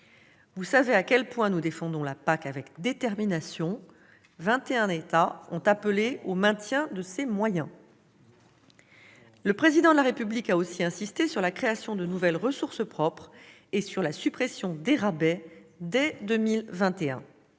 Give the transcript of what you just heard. Vous savez à quel point nous défendons la PAC avec détermination. Ainsi vingt et un États ont-ils appelé au maintien de ses moyens. Le Président de la République a aussi insisté sur la création de nouvelles ressources propres et la suppression des rabais dès 2021.